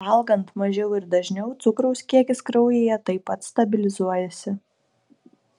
valgant mažiau ir dažniau cukraus kiekis kraujyje taip pat stabilizuojasi